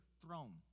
throne